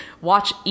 Watch